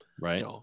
Right